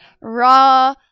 raw